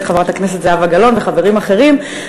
ואת חברת הכנסת זהבה גלאון וחברים אחרים,